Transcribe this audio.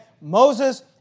Moses